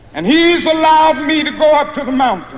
and he's allowed me to go up to the mountain.